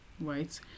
right